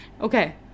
Okay